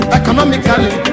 economically